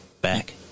Back